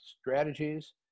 strategies